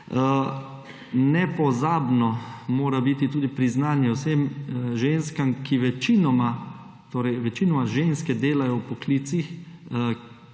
Nepozabno mora biti tudi priznanje vsem ženskam, ki večinoma … Torej večinoma ženske delajo v poklicih,